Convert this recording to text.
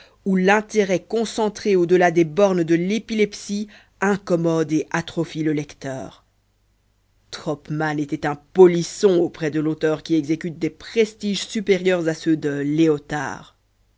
où l'intérêt concentré au delà des bornes de l'épilepsie incommode et atrophie le lecteur tropmann était un polisson auprès de l'auteur qui exécute des prestiges supérieurs à ceux de léotard